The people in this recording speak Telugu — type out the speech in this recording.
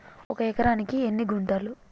ఒక ఎకరానికి ఎన్ని గుంటలు?